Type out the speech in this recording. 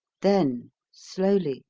then slowly,